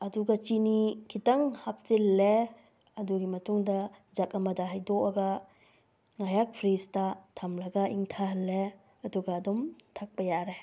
ꯑꯗꯨꯒ ꯆꯤꯅꯤ ꯈꯤꯇꯪ ꯍꯥꯞꯆꯤꯜꯂꯦ ꯑꯗꯨꯒꯤ ꯃꯇꯨꯡꯗ ꯖꯛ ꯑꯃꯗ ꯍꯩꯗꯣꯛꯑꯒ ꯉꯥꯏꯍꯥꯛ ꯐ꯭ꯔꯤꯁꯇ ꯊꯝꯂꯒ ꯏꯪꯊꯍꯜꯂꯦ ꯑꯗꯨꯒ ꯑꯗꯨꯝ ꯊꯛꯄ ꯌꯥꯔꯦ